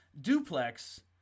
Duplex